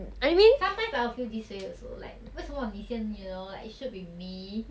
I mean sometimes I will feel this way also like 为什么你先 you know like it should be like me